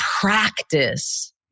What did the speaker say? practice